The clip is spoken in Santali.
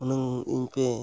ᱦᱩᱱᱟᱹᱝ ᱤᱧᱯᱮ